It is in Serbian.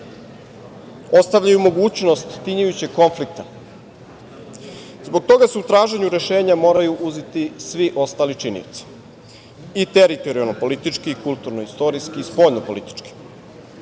ostavljaju mogućnost tinjajućeg konflikta. Zbog toga se u traženju rešenja moraju uzeti svi ostali činioci, i teritorijalno-politički, kulturno-istorijski i spoljno-politički.